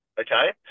okay